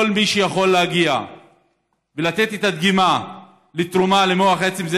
כל מי שיכול להגיע ולתת את הדגימה לתרומת מוח עצם,,